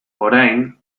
orain